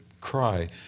cry